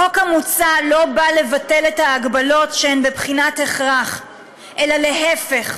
החוק המוצע לא נועד לבטל את ההגבלות שהן בבחינת הכרח אלא להפך,